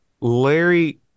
Larry